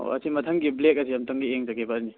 ꯑꯣ ꯑꯁꯤ ꯃꯊꯪꯒꯤ ꯕ꯭ꯂꯦꯛ ꯑꯁꯤ ꯑꯃꯨꯛꯇꯪꯒ ꯌꯦꯡꯖꯒꯦꯕ